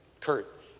Kurt